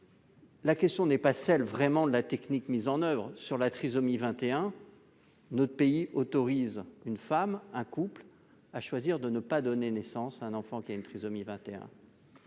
la question n'est pas celle de la technique mise en oeuvre pour dépister la trisomie 21. Notre pays autorise une femme, un couple à choisir de ne pas donner naissance à un enfant atteint de trisomie 21.